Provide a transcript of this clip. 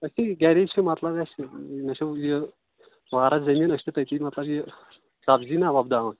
اَسے یہِ گَرے چھِ مطلب اَسہِ مےٚ چھِ یہِ واریاہ زٔمیٖن أسۍ چھِ تٔتھی مطلب یہِ سبزی نا وۄپداوان